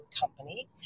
company